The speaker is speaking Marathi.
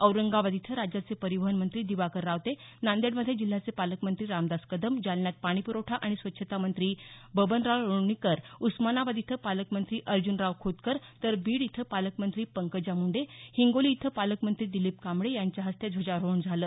औरंगाबाद इथं राज्याचे परिवहन मंत्री दिवाकर रावते नांदेडमध्ये जिल्ह्याचे पालकमंत्री रामदास कदम जालन्यात पाणीप्रवठा आणि स्वच्छता मंत्री बबनराव लोणीकर उस्मानाबाद इथं पालकमंत्री अर्ज्नराव खोतकर तर बीड इथं पालकमंत्री पंकजा मुंडे तर हिंगोली इथं पालकमंत्री दिलीप कांबळे यांच्या हस्ते ध्वजारोहण झालं